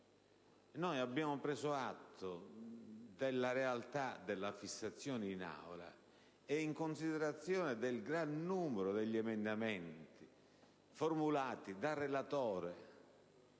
noi abbiamo preso atto della realtà della fissazione in Aula e, in considerazione del gran numero di emendamenti formulati dal relatore,